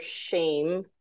shame